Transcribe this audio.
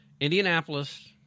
Indianapolis